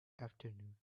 afternoon